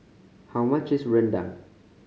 how much is rendang